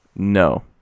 no